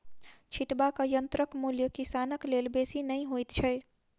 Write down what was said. छिटबाक यंत्रक मूल्य किसानक लेल बेसी नै होइत छै